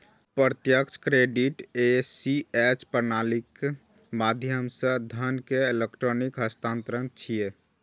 प्रत्यक्ष credit ACH प्रणालीक माध्यम सं धन के इलेक्ट्रिक हस्तांतरण छियै